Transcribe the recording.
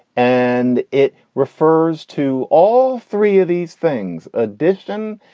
and it refers to all three of these things, ah distin,